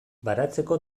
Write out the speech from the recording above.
baratzeko